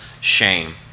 shame